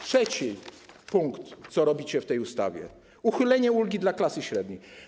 Trzeci punkt opisujący, co robicie w tej ustawie: uchylenie ulgi dla klasy średniej.